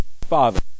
father